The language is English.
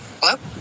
Hello